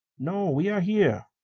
no. we are here.